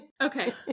Okay